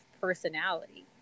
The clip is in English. personality